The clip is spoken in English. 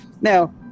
now